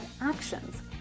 actions